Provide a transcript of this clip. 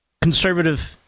conservative